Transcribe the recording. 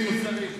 הפוליטיקה.